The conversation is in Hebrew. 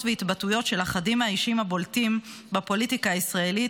והתבטאויות של אחדים מהאישים הבולטים בפוליטיקה הישראלית,